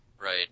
Right